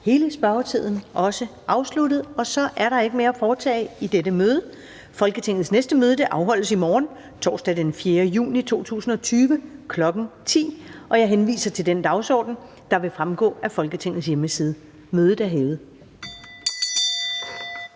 (Karen Ellemann): Der er ikke mere at foretage i dette møde. Folketingets næste møde afholdes i morgen, torsdag den 4. juni 2020, kl. 10.00. Jeg henviser til den dagsorden, der vil fremgå af Folketingets hjemmeside. Mødet er hævet.